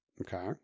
Okay